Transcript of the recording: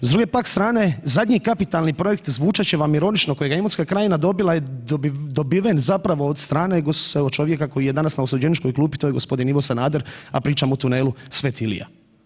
S druge pak strane zadnji kapitalni projekt, zvučat će vam ironično, kojega je Imotska krajina dobila je dobiven zapravo od strane evo čovjeka koji je danas na osuđeničkoj klupi, to je g. Ivo Sanader, a pričam o tunelu Sv. Ilija.